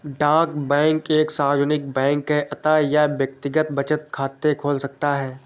डाक बैंक एक सार्वजनिक बैंक है अतः यह व्यक्तिगत बचत खाते खोल सकता है